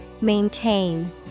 Maintain